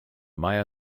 maya